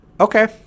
okay